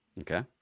okay